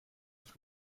sich